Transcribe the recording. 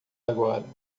agora